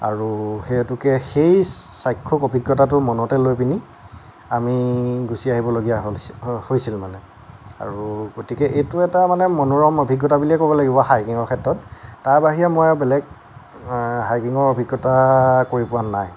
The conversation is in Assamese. আৰু সেই হেতুকে সেই চাক্ষুষ অভিজ্ঞতাটো মনতে লৈ পিনি আমি গুচি আহিবলগীয়া হ'ল হৈছিল মানে আৰু গতিকে এইটো এটা মানে মনোৰম অভিজ্ঞতা বুলিয়ে ক'ব লাগিব হাইকিঙৰ ক্ষেত্ৰত তাৰ বাহিৰে মই আৰু বেলেগ হাইকিঙৰ অভিজ্ঞতা কৰি পোৱা নাই